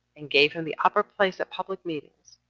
and gave him the upper place at public meetings,